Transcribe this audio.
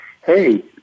Hey